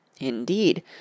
Indeed